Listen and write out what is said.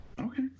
okay